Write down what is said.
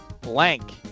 blank